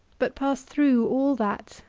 but pass through all that,